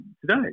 today